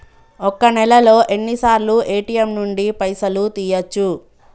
ఒక్క నెలలో ఎన్నిసార్లు ఏ.టి.ఎమ్ నుండి పైసలు తీయచ్చు?